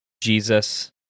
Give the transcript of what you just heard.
Jesus